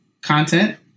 content